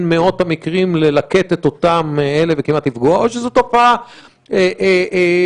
מאות המקרים ללקט את אותם אלה וכמעט לפגוע או שזאת תופעה שגורה.